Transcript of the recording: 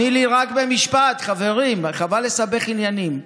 תני לי רק במשפט, חברים, חבל לסבך עניינים.